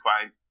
find